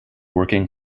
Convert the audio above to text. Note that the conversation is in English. working